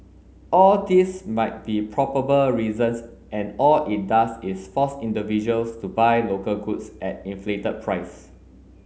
all these might be probable reasons and all it does is force individuals to buy local goods at inflated price